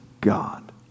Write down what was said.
God